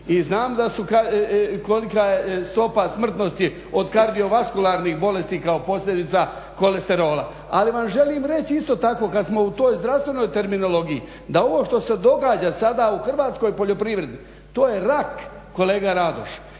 i znam kolika je stopa smrtnosti od kardiovaskularnih bolesti kao posljedica kolesterola ali vam želim reći isto tako kada smo u toj zdravstvenoj terminologiji da ovo što se događa sada u hrvatskoj poljoprivredi to je rak kolega Radoš.